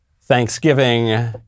Thanksgiving